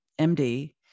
MD